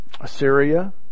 Assyria